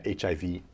HIV